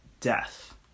death